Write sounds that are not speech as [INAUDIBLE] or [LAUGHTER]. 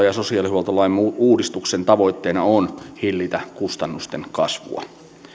[UNINTELLIGIBLE] ja sosiaalihuoltolain uudistuksen tavoitteena on hillitä kustannusten kasvua